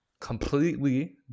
completely